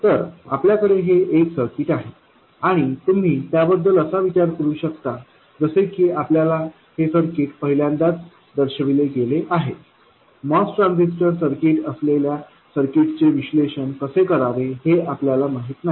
तर आपल्याकडे हे एक सर्किट आहे आणि तुम्ही त्याबद्दल असा विचार करू शकता जसे की आपल्याला हे सर्किट पहिल्यांदाच दर्शविले गेले आहे MOS ट्रान्झिस्टर सर्किट असलेल्या सर्किट्सचे विश्लेषण कसे करावे हे आपल्याला माहिती नाही